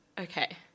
okay